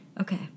Okay